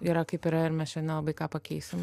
yra kaip yra ir mes čia nelabai ką pakeisim